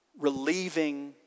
relieving